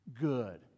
good